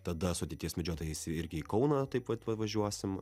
tada su ateities medžiotojais irgi į kauną taip vat važiuosim